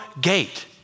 gate